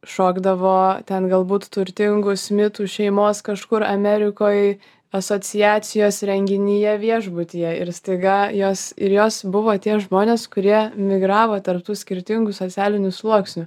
šokdavo ten galbūt turtingų smitų šeimos kažkur amerikoj asociacijos renginyje viešbutyje ir staiga jos ir jos buvo tie žmonės kurie migravo tarp tų skirtingų socialinių sluoksnių